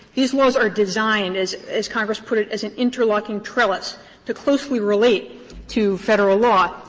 these laws are designed, as as congress put it, as an interlocking trellis to closely relate to federal law.